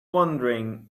wondering